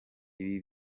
ibi